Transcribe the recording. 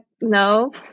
no